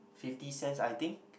fifty cents I think